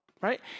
right